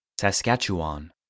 Saskatchewan